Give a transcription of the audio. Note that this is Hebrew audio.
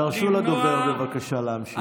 תרשו לדובר בבקשה להמשיך.